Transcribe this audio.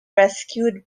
rescued